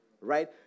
right